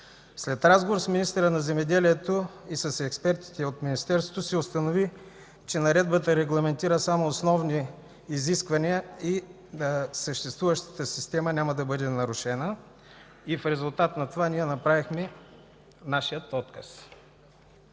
След разговор с министъра на земеделието и с експертите от Министерството се установи, че наредбата регламентира само основни изисквания и съществуващата система няма да бъде нарушена и в резултат на това ние направихме нашия отказ.